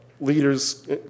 leaders